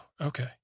okay